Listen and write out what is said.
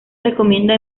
recomienda